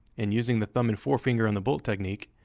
and using the thumb and forefinger on the bolt technique,